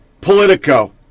Politico